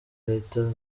leta